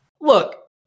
Look